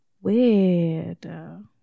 weird